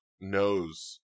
knows